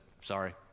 sorry